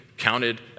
counted